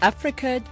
Africa